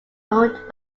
owned